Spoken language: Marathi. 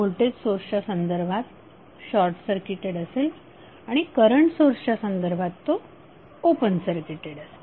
व्होल्टेज सोर्सच्या संदर्भात शॉर्टसर्किटेड असेल आणि करंट सोर्स च्या संदर्भात तो ओपन सर्किटेड असेल